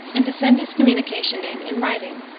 and to send his communication in in writing,